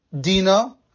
Dina